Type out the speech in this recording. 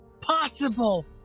possible